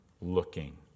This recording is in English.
looking